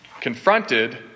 confronted